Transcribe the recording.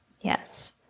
Yes